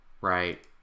right